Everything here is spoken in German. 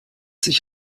sich